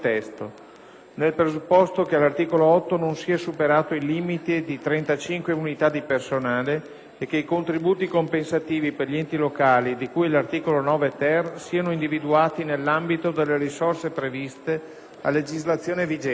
nel presupposto che all'articolo 8 non sia superato il limite di 35 unità dì personale e che i contributi compensativi per gli enti locali, di cui all'articolo 9-*ter*, siano individuati nell'ambito delle risorse previste a legislazione vigente.